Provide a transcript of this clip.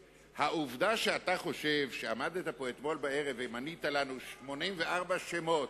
העובדה שעמדת פה אתמול בערב ומנית לנו 84 שמות